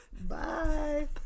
Bye